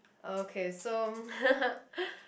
okay so